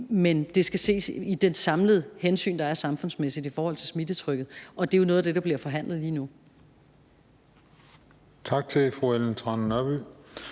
Men det skal ses i det samlede hensyn, der er samfundsmæssigt i forhold til smittetrykket, og det er jo noget af det, der bliver forhandlet lige nu.